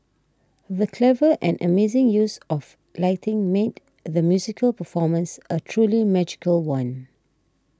the clever and amazing use of lighting made the musical performance a truly magical one